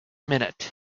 minute